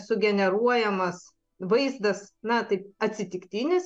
sugeneruojamas vaizdas na tai atsitiktinis